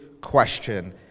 question